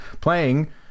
playing